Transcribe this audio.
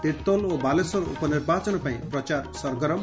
ତିର୍ତୋଲ ଓ ବାଲେଶ୍ୱର ଉପନିର୍ବାଚନ ପାଇଁ ପ୍ରଚାର ସରଗରମ୍